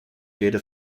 data